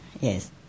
yes